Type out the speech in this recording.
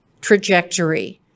trajectory